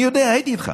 אני יודע, הייתי איתך.